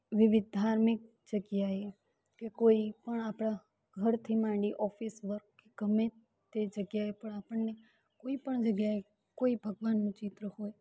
વિવિધ ધાર્મિક જગ્યાએ કે કોઈપણ આપણા ઘરથી માંડી ઓફિસ વર્ગ કે ગમે તે જગ્યાએ પણ આપણને કોઈપણ જગ્યાએ કોઈ ભગવાનનું ચિત્ર હોય